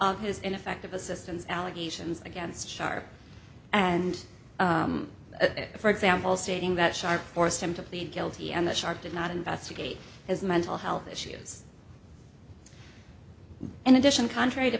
of his ineffective assistance allegations against sharpe and for example stating that sharp forced him to plead guilty and the shark did not investigate his mental health issues and addition country to